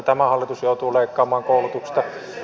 tämä hallitus joutuu leikkaamaan koulutuksesta